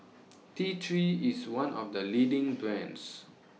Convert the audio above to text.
T three IS one of The leading brands